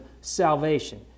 salvation